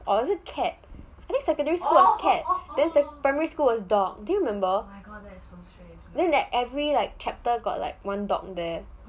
or is it cat I think secondary school is cat then primary school was a dog do you remember then that every like chapter got like one dog there